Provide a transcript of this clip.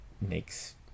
makes